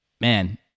man